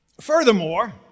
Furthermore